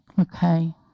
okay